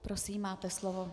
Prosím, máte slovo.